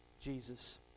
Jesus